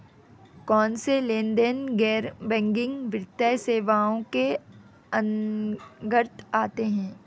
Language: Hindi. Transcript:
कौनसे लेनदेन गैर बैंकिंग वित्तीय सेवाओं के अंतर्गत आते हैं?